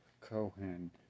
Cohen